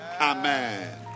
Amen